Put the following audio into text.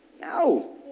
No